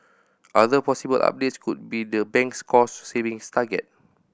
other possible updates could be the bank's cost savings target